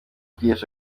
kwihesha